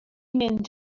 mynd